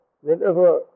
whenever